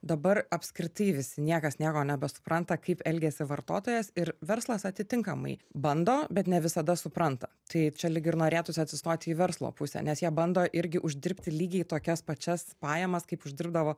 dabar apskritai visi niekas nieko nebesupranta kaip elgiasi vartotojas ir verslas atitinkamai bando bet ne visada supranta tai čia lyg ir norėtųsi atsistoti į verslo pusę nes jie bando irgi uždirbti lygiai tokias pačias pajamas kaip uždirbdavo